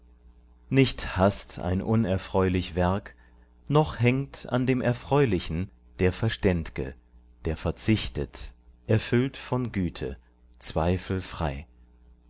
nicht haßt ein unerfreulich werk noch hängt an dem erfreulichen der verständ'ge der verzichtet erfüllt von güte zweifelfrei